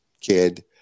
kid